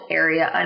area